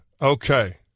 Okay